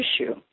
issue